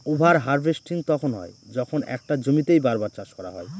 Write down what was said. over harvesting তখন হয় যখন একটা জমিতেই বার বার চাষ করা হয়